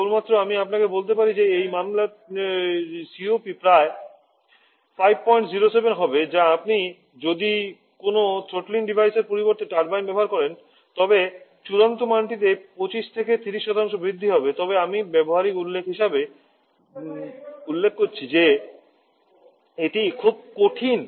কেবলমাত্র আমি আপনাকে বলতে পারি যে এই COP প্রায় 507 হবে যা আপনি যদি কোনও থ্রোটলিং ডিভাইসের পরিবর্তে টারবাইন ব্যবহার করেন তবে চূড়ান্ত মানটিতে 25 থেকে 30 বৃদ্ধি হবে তবে আমি ব্যবহারিকভাবে উল্লেখ করেছি যে এটি খুব কঠিন